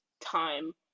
time